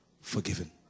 forgiven